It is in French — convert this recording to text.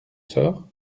sort